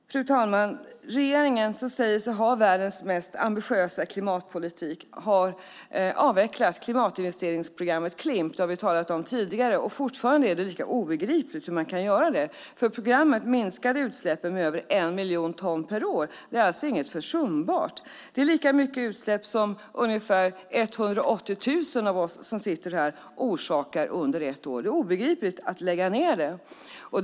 Fru ålderspresident! Regeringen, som säger sig ha världens mest ambitiösa klimatpolitik, har avvecklat klimatinvesteringsprogrammet Klimp. Det har vi talat om tidigare. Fortfarande är det lika obegripligt hur man kan göra det, för programmet minskade utsläppen med över 1 miljon ton per år. Det är alltså inget försumbart. Det är lika mycket utsläpp som ungefär 180 000 av oss orsakar under ett år. Det är obegripligt att man lägger ned det.